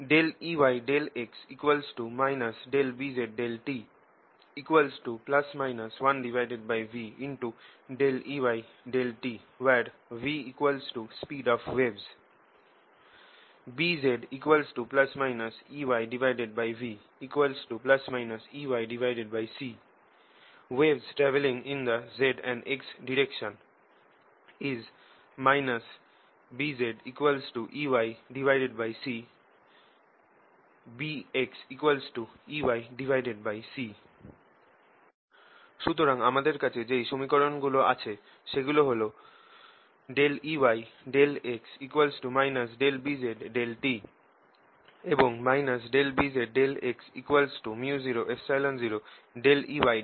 Eyx Bz∂t 1vEy∂t vspeed of waves Bz ±Eyv ±Eyc Waves travelling in the z x direction BzEyc BxEyc সুতরাং আমাদের কাছে যেই সমীকরণ গুলো আছে সেগুলো হল Eyx Bz∂t এবং Bzxµ00Ey∂t